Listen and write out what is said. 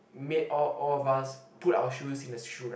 made all all of us put our shoes in the shoe rack